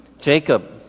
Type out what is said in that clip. Jacob